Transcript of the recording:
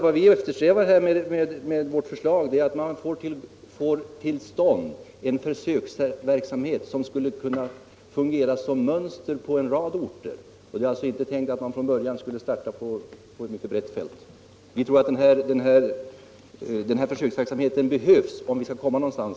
Vad vi eftersträvar med vårt förslag är att få till stånd en försöksverksamhet som skulle kunna fungera som mönster på en rad orter. Det är alltså inte tänkt att man från början skulle starta på ett mycket brett fält. Vi tror att den här försöksverksamheten behövs om vi skall komma någonstans.